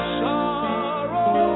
sorrow